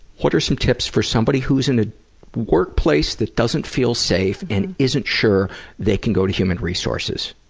what are some tips for somebody who's in a workplace that doesn't feel safe and isn't sure they can go to human resources?